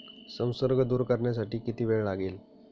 संसर्ग दूर करण्यासाठी किती वेळ लागेल?